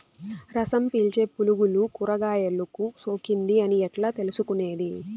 రసం పీల్చే పులుగులు కూరగాయలు కు సోకింది అని ఎట్లా తెలుసుకునేది?